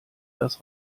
das